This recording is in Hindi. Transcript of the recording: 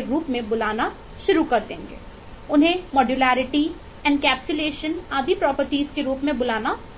रूप में बुलाना करना शुरू कर देंगे